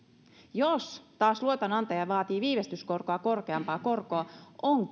jos taas luotonantaja vaatii viivästyskorkoa korkeampaa korkoa on